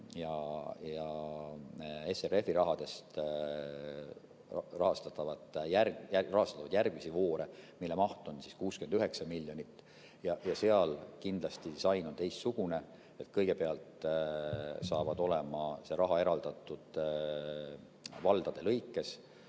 ja SRF-i rahadest rahastatavaid järgmisi voore, mille maht on 69 miljonit. Seal kindlasti disain on teistsugune, kõigepealt saab see raha eraldatud valdade lõikes.